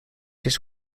his